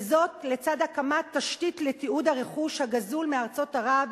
וזאת לצד הקמת תשתית לתיעוד הרכוש הגזול מארצות ערב,